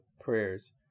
prayers